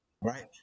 Right